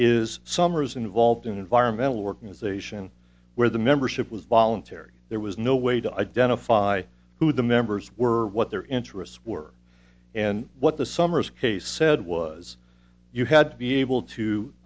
is summers involved in environmental organization where the membership was voluntary there was no way to identify who the members were what their interests were and what the summers case said was you had to be able